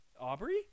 Aubrey